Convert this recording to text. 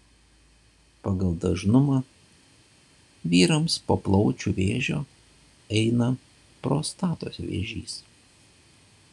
pagal dažnumą vyrams po plaučių vėžio eina prostatos vėžys